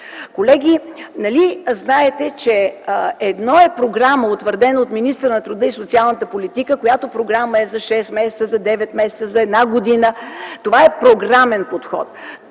Колеги, нали знаете, че едно е програма, утвърдена от министъра на труда и социалната политика, която е за 6 месеца, за 9 месеца или за 1 година? Това е програмен подход.